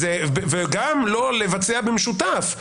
וגם לא לבצע במשותף.